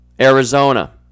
Arizona